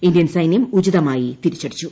Indian സൈന്യം ഉചിതമായി തിരിച്ചടിച്ചു